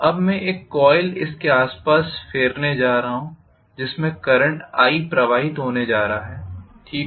अब मैं एक कोइल इसके आसपास फेरने जा रहा हूँ जिसमें करंट i प्रवाहित होने जा रहा है ठीक